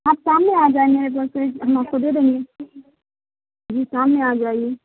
آپ سامنے آ جائیں بس ہم آپ کو دے دیں گے جی سامنے آ جائیے